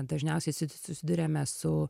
dažniausiai susi susiduriame su